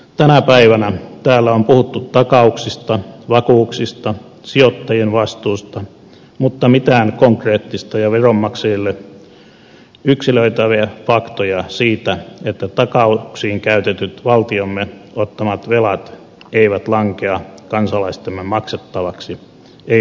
tänä päivänä täällä on puhuttu takauksista vakuuksista sijoittajien vastuusta mutta mitään konkreettista ja veronmaksajille yksilöitäviä faktoja siitä että takauksiin käytetyt valtiomme ottamat velat eivät lankea kansalaistemme maksettavaksi ei ole annettu